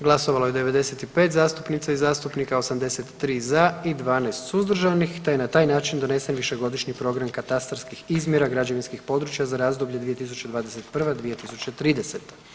Glasovalo je 95 zastupnica i zastupnika, 83 za i 12 suzdržanih te je na taj način donesen Višegodišnji program katastarskih izmjera građevinskih područja za razdoblje 2021.-2030.